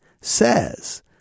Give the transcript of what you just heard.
says